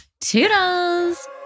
Toodles